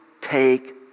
take